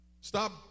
Stop